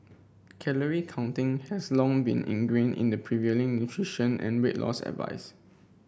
calorie counting has long been ingrained in the prevailing nutrition and weight loss advice